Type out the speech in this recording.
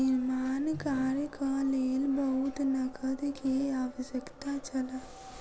निर्माण कार्यक लेल बहुत नकद के आवश्यकता छल